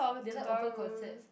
they like open concept